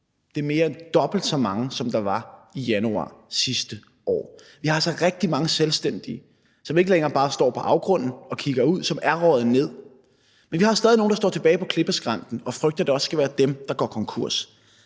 Det er mere end dobbelt så mange, end der var i januar sidste år. Vi har altså rigtig mange selvstændige, som ikke længere bare står ved afgrunden og kigger ud, men som er røget ned. Men vi har stadig nogle, der står tilbage på klippeskrænten og frygter, at det også skal være dem, der går konkurs,